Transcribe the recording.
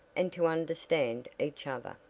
and to understand each other.